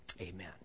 Amen